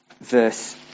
verse